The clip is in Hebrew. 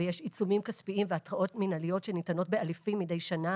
יש עיצומים כספיים והתראות מינהליות שניתנות בהליכים מדי שנה